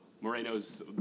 Moreno's